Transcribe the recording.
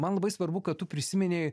man labai svarbu kad tu prisiminei